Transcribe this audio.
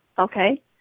Okay